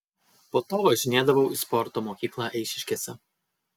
po to važinėdavau į sporto mokyklą eišiškėse